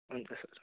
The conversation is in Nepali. हुन्छ सर